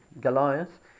Goliath